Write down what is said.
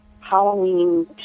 Halloween